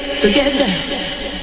together